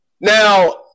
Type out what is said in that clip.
Now